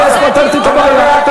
ואז פתרת את הבעיה.